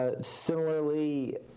Similarly